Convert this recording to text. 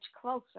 closer